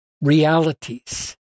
realities